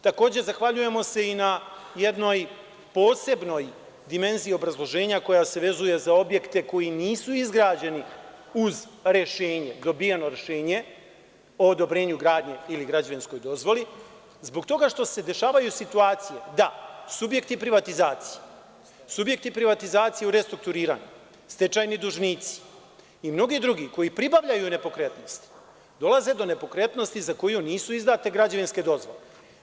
Takođe, zahvaljujemo se i na jednoj posebnoj dimenziji obrazloženja, koja se vezuje za objekte koji nisu izgrađeni uz dobijeno rešenje o odobrenju gradnje ili građevinskoj dozvoli, zbog toga što se dešavaju situacije da subjekti privatizacije u restrukturiranju, stečajni dužnici i mnogi drugi koji pribavljaju nepokretnost, dolaze do nepokretnosti za koju nisu izdate građevinske dozvole.